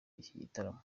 gitaramo